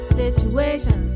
situation